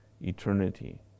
eternity